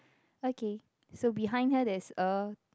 okay so behind her there is a